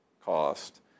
cost